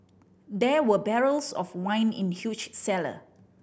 there were barrels of wine in the huge cellar